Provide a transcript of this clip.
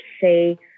say